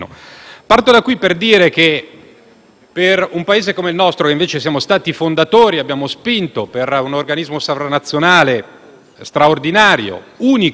meno. Un Paese come il nostro, che invece è stato tra i fondatori e ha spinto per un organismo sovranazionale straordinario, unico nel suo genere,